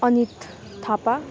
Anit Thapa